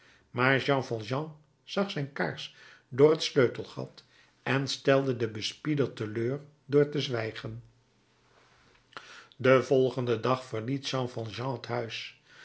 maar jean valjean zag zijn kaars door het sleutelgat en stelde den bespieder teleur door te zwijgen den volgenden dag verliet jean valjean het huis